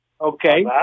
Okay